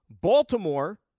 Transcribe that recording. Baltimore